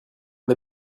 les